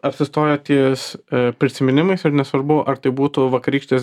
apsistoję ties prisiminimais ir nesvarbu ar tai būtų vakarykštės